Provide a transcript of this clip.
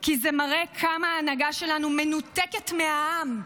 כי זה מראה כמה ההנהגה שלנו מנותקת מהעם,